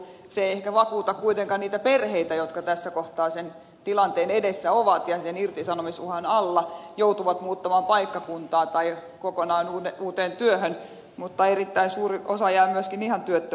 se ei ehkä vakuuta kuitenkaan niitä perheitä jotka tässä kohtaa sen tilanteen edessä ovat ja sen irtisanomisuhan alla joutuvat muuttamaan paikkakuntaa tai kokonaan uuteen työhön mutta erittäin suuri osa jää myöskin ihan työttömäksi